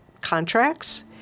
contracts